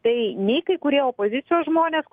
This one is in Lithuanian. tai nei kai kurie opozicijos žmonės